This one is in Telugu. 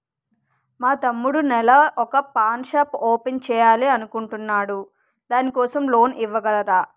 మా తమ్ముడు నెల వొక పాన్ షాప్ ఓపెన్ చేయాలి అనుకుంటునాడు దాని కోసం లోన్ ఇవగలరా?